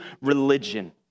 religion